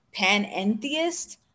panentheist